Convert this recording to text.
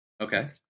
Okay